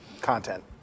content